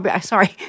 Sorry